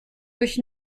durch